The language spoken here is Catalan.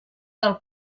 del